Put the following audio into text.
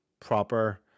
proper